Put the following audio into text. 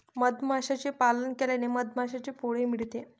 मधमाशांचे पालन केल्याने मधमाशांचे पोळे मिळते